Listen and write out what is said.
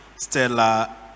Stella